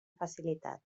facilitat